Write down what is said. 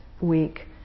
week